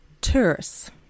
Tourists